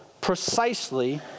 precisely